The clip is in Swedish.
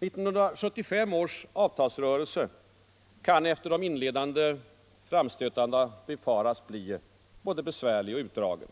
1975 års avtalsrörelse kan efter de inledande framstötarna befaras bli både besvärlig och utdragen.